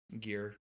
gear